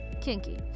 Kinky